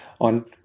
on